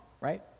right